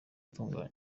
gutunganya